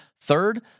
third